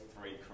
three